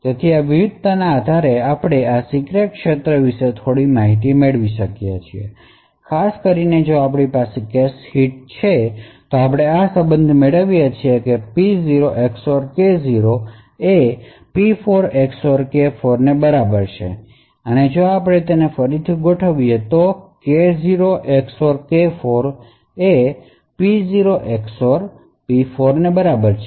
તેથી આ વિવિધતાના આધારે આપણે આ સીક્રેટ ક્ષેત્રો વિશે થોડી માહિતી મેળવી શકીએ છીએ ખાસ કરીને જો આપણી પાસે કેશ હિટ છે તો આપણે આ સંબંધ મેળવીએ છીએ કે P0 XOR K0 એ P4 XOR K4 ની બરાબર છે અને જો આપણે તેને ફરીથી ગોઠવીએ તો K0 XOR K4 એ P0 XOR P4 ની બરાબર છે